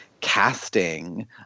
casting